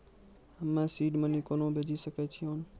हम्मे seed money कोना भेजी सकै छिओंन